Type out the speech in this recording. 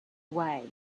way